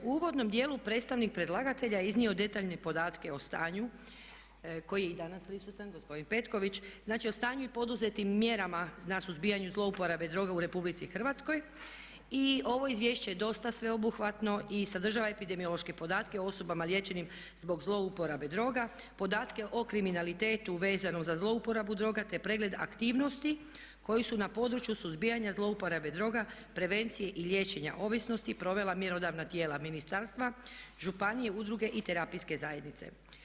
U uvodnom dijelu predstavnik predlagatelja je iznio detaljne podatke o stanju, koji je i danas prisutan, gospodin Petković, znači o stanju i poduzetim mjerama na suzbijanju zlouporabe droge u Republici Hrvatskoj i ovo izvješće je dosta sveobuhvatno i sadržava epidemiološke podatke o osobama liječenim zbog zlouporabe droga, podatke o kriminalitetu vezano za zlouporabu droga te pregled aktivnosti koji su na području suzbijanja zlouporabe droga, prevencije i liječenja ovisnosti provela mjerodavna tijela ministarstva, županije, udruge i terapijske zajednice.